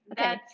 okay